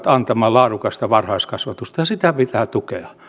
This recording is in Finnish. antamaan laadukasta varhaiskasvatusta ja sitä pitää tukea